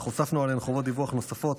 אך הוספנו עליהן חובות דיווח נוספות,